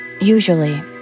Usually